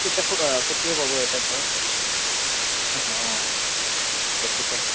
তেতিয়া ফু ফুটিও পাব এটা ধৰ অঁ তাকে শিকাই